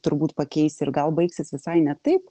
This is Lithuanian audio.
turbūt pakeis ir gal baigsis visai ne taip